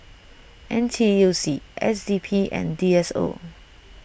N T U C S D P and D S O